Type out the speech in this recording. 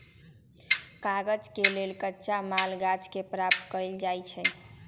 कागज के लेल कच्चा माल गाछ से प्राप्त कएल जाइ छइ